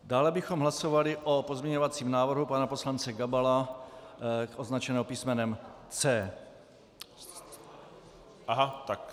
Dále bychom hlasovali o pozměňovacím návrhu pana poslance Gabala označeného písmenem C.